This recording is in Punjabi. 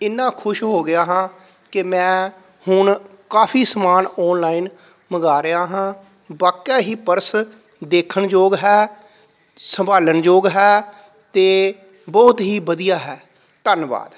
ਇੰਨਾ ਖੁਸ਼ ਹੋ ਗਿਆ ਹਾਂ ਕਿ ਮੈਂ ਹੁਣ ਕਾਫੀ ਸਮਾਨ ਔਨਲਾਈਨ ਮੰਗਵਾ ਰਿਹਾ ਹਾਂ ਵਾਕਿਆ ਹੀ ਪਰਸ ਦੇਖਣਯੋਗ ਹੈ ਸੰਭਾਲਣਯੋਗ ਹੈ ਅਤੇ ਬਹੁਤ ਹੀ ਵਧੀਆ ਹੈ ਧੰਨਵਾਦ